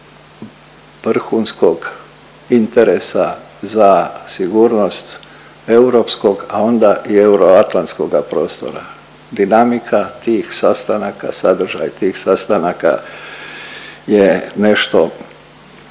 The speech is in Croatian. vrhunskog interesa za sigurnost europskog a onda i euroatlantskoga prostora. Dinamika tih sastanaka, sadržaj tih sastanaka je nešto